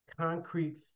concrete